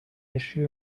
issue